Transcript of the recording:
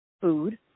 food